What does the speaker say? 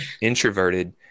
introverted